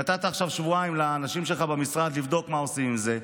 נתת עכשיו שבועיים לאנשים שלך במשרד לבדוק מה עושים עם זה.